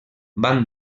van